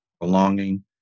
belonging